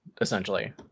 essentially